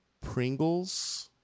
Pringles